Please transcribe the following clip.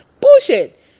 bullshit